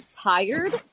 tired